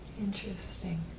interesting